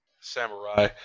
samurai